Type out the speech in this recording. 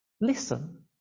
Listen